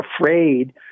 afraid